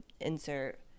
insert